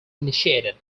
initiated